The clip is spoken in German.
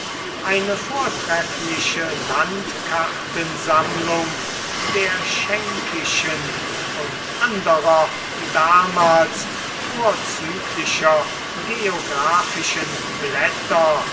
eine vortreffliche landkartensammlung der schenkischen und anderer damals vorzüglicher geographischen blätter